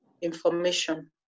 information